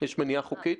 יש מניעה חוקית?